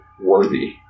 worthy